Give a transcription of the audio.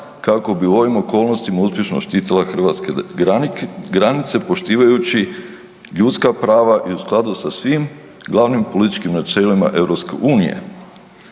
kako bi u ovim okolnostima uspješno štitila hrvatske granice poštivajući ljudska prava i u skladu sa svim glavnim političkim načelima EU.